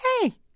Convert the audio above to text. hey